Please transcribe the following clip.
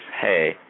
hey